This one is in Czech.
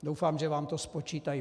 Doufám, že vám to spočítají.